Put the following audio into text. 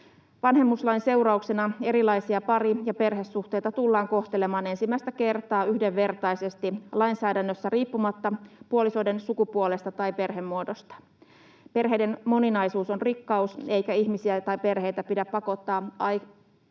Vanhemmuuslain seurauksena erilaisia pari- ja perhesuhteita tullaan kohtelemaan ensimmäistä kertaa yhdenvertaisesti lainsäädännössä riippumatta puolisoiden sukupuolesta tai perhemuodosta. Perheiden moninaisuus on rikkaus, eikä ihmisiä tai perheitä pidä pakottaa ahtaisiin